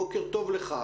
בוקר טוב לך.